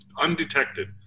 undetected